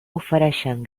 ofereixen